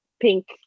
pink